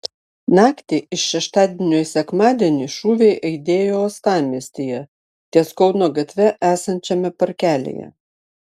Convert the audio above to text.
naktį iš šeštadienio į sekmadienį šūviai aidėjo uostamiestyje ties kauno gatve esančiame parkelyje